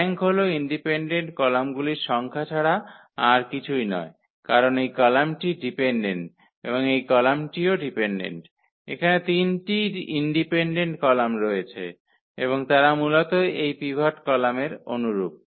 rank হল independent কলামগুলির সংখ্যা ছাড়া আর কিছুই নয় কারণ এই কলামটি ডিপেন্ডেন্ট এবং এই কলামটিও ডিপেন্ডেন্ট এখানে 3 টি ইন্ডিপেন্ডেন্ট কলাম রয়েছে এবং তারা মূলত এই পিভট কলামের অনুরুপ